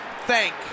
thank